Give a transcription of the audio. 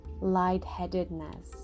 lightheadedness